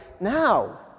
now